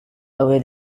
away